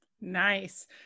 Nice